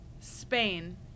Spain